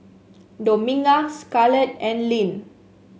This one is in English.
Dominga Scarlet and Lyn